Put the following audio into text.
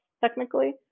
technically